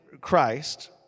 Christ